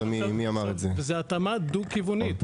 זו התאמה דו-כיוונית.